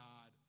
God